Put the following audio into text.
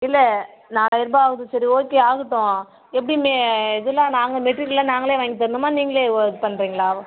இல்லை நாலாயிரம் ருபாய் ஆகுது சரி ஓகே ஆகட்டும் எப்படி மே இதெலாம் நாங்கள் மெட்டீரியெல்லாம் நாங்களே வாங்கித் தரணுமா நீங்களே வோ பண்ணுறீங்களா